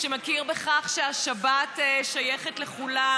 שמכיר בכך שהשבת שייכת לכולם,